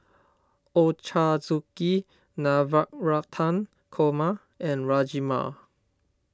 Ochazuke Navratan Korma and Rajma